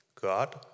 God